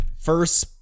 first